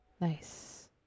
Nice